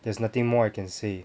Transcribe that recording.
there's nothing more I can say